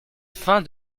fin